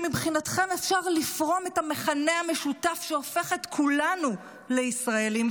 שמבחינתכם אפשר לפרום את המכנה המשותף שהופך את כולנו לישראלים,